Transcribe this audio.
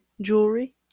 Jewelry